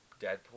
Deadpool